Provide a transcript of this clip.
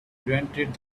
granted